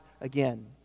again